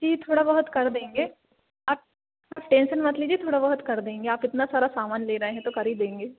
जी थोड़ा बहुत कर देंगे आप टेन्शन मत लीजिए थोड़ा बहुत कर देंगे आप इतना सारा सामान ले रहे हैं तो कर ही देंगे